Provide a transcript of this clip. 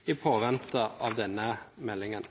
i påvente av denne meldingen.